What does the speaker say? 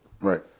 Right